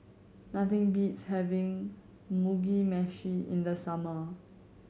nothing beats having Mugi Meshi in the summer